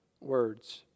words